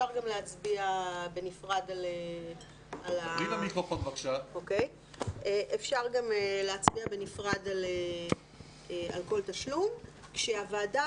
אפשר להצביע בנפרד על כל תשלום כשהוועדה